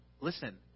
listen